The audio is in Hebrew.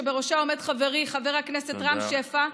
שבראשה עומד חברי חבר הכנסת רם שפע,